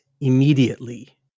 immediately